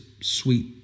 sweet